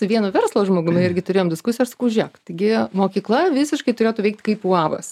su vienu verslo žmogumi irgi turėjom diskusiją aš sakau žiūrėk gi mokykla visiškai turėtų veikt kaip uabas